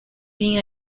been